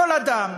כל אדם,